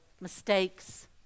mistakes